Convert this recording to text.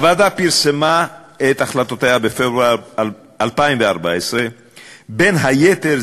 הוועדה פרסמה את החלטותיה בפברואר 2014. בין היתר,